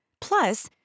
Plus